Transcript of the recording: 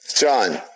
John